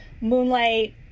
Moonlight